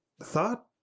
thought